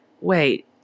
wait